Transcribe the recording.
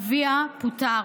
אביה פוטר,